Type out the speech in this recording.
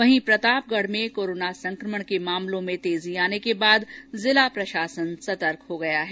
उधर प्रतापगढ़ में कोरोना संकमण के मामलों में तेजी आने के बाद जिला प्रशासन सतर्क हो गया है